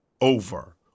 over